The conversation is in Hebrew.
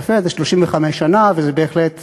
זה יפה, זה 35 שנה, וזה בהחלט